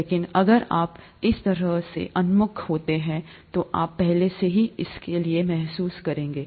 लेकिन अगर आप इस तरह से उन्मुख होते हैं तो आप पहले से ही इसके लिए महसूस करेंगे